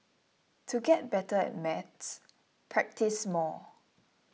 to get better at maths practise more